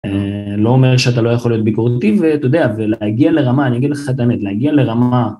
לא אומר שאתה לא יכול להיות ביקורתי, ואתה יודע, ולהגיע לרמה, אני אגיד לך את האמת, להגיע לרמה...